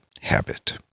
habit